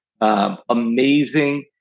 amazing